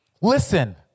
Listen